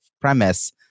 premise